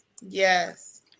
Yes